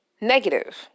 negative